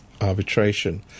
Arbitration